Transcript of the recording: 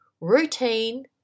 routine